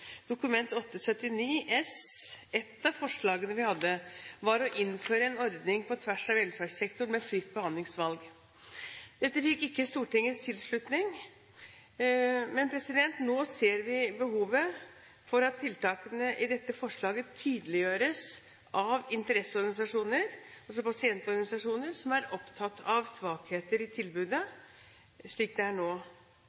Dokument 8:79 S. Ett av forslagene vi hadde, var å innføre en ordning på tvers av velferdssektoren med fritt behandlingsvalg. Dette fikk ikke Stortingets tilslutning. Men nå ser vi behovet for at tiltakene i dette forslaget tydeliggjøres av interesseorganisasjoner, altså pasientorganisasjoner, som er opptatt av svakheter i tilbudet